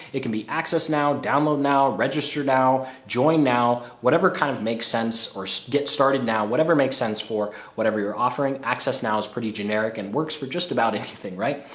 it can be accessed now, download now, register now, join now, whatever kind of makes sense or get started now, whatever makes sense for whatever you're offering access now is pretty generic and works for just about anything, right?